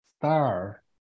star